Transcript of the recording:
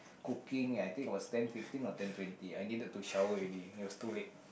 cooking I think it was ten fifteen or ten twenty I needed to shower already it was too late